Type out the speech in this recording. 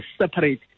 separate